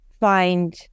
find